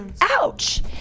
ouch